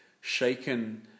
shaken